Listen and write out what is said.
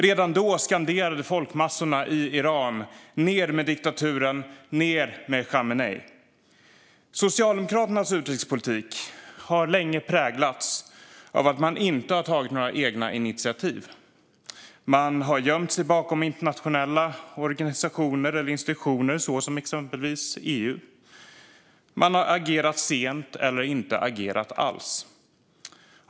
Redan då skanderade folkmassorna i Iran: Ned med diktaturen! Ned med Khamenei! Socialdemokraternas utrikespolitik har länge präglats av att man inte tagit några egna initiativ. Man har gömt sig bakom internationella organisationer eller institutioner, exempelvis EU. Man har agerat sent eller inte agerat alls.